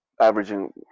averaging